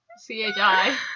C-H-I